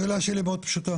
השאלה שלי היא מאוד פשוטה,